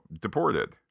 deported